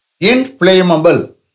Inflammable